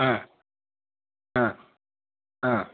हा हा हा